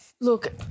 Look